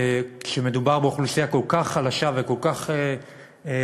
וכשמדובר באוכלוסייה כל כך חלשה וכל כך נצרכת,